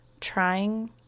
trying